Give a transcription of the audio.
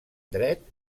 dret